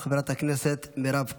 חברת הכנסת מירב כהן,